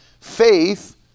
faith